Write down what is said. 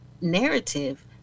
narrative